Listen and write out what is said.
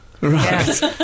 Right